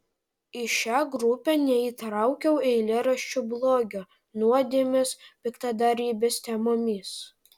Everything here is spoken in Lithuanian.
į šią grupę neįtraukiau eilėraščių blogio nuodėmės piktadarybės temomis